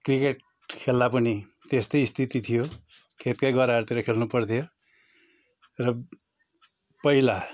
cricket खेल्दा पनि त्यस्तै स्थिति थियो खेतकै गह्राहरूतिर खेल्नु पर्थ्यो र पहिला